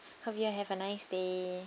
hope you have a nice day